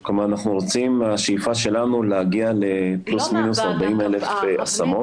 כלומר השאיפה שלנו היא להגיע לפלוס-מינוס 40,000 השמות.